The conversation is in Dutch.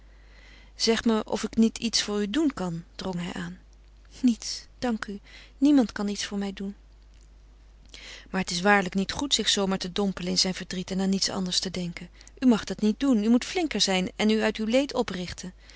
zeg me of ik niet iets voor u doen kan drong hij aan niets dank u niemand kan iets voor mij doen maar het is waarlijk niet goed zich zoo maar te dompelen in zijn verdriet en aan niets anders te denken u mag dat niet doen u moet flinker zijn en u uit uw leed oprichten